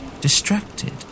distracted